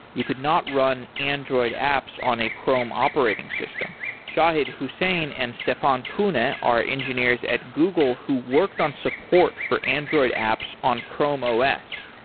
you could not run android apps on a chrome operating system. shahid hussain and stefan kuhne ah are engineers at google who worked on support for android apps on chrome os.